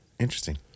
Interesting